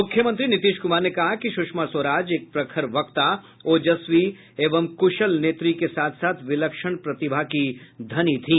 मुख्यमंत्री नीतीश कुमार ने कहा कि सुषमा स्वराज एक प्रखर वक्ता ओजस्वी एवं कुशल नेत्री के साथ साथ विलक्षण प्रतिभा की धनी थी